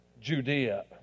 Judea